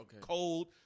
cold